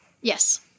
Yes